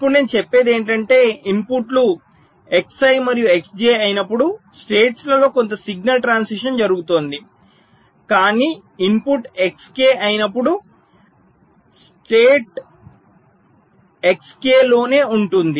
ఇప్పుడు నేను చెప్పేది ఏమిటంటే ఇన్పుట్లు Xi మరియు Xj అయినప్పుడు స్టేట్స్ లలో కొంత సిగ్నల్ ట్రాన్సిషన్ జరుగుతోంది కానీ ఇన్పుట్ Xk అయినప్పుడు స్టేట్ Xk లోనే ఉంటుంది